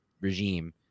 regime